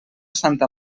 santa